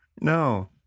No